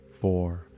four